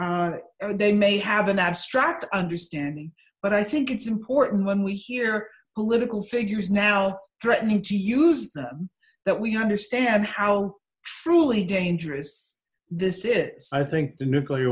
dangers they may have an abstract understanding but i think it's important when we hear political figures now threatening to use that we understand how truly dangerous this is i think the nuclear